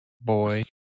Boy